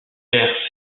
pere